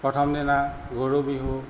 প্ৰথম দিনা গৰু বিহু